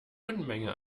unmenge